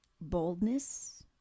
boldness